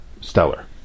stellar